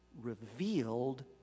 revealed